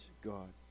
God